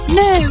no